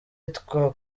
ahitwa